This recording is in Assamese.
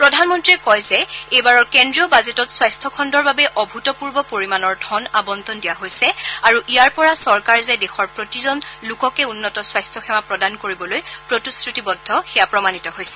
প্ৰধানমন্ত্ৰীয়ে কয় যে এইবাৰৰ কেন্দ্ৰীয় বাজেটত স্বাস্থ্য খণ্ডৰ বাবে অভূতপূৰ্ব পৰিমাণৰ ধন আৱণ্টন দিয়া হৈছে আৰু ইয়াৰ পৰা চৰকাৰ যে দেশৰ প্ৰতিজন লোককে উন্নত স্বাস্থ্য সেৱা প্ৰদান কৰিবলৈ প্ৰতিশ্ৰতিবদ্ধ সেয়া প্ৰমাণিত হৈছে